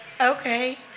okay